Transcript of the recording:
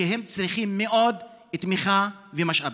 שצריכים מאוד תמיכה ומשאבים?